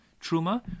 truma